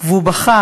והוא בכה